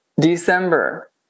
December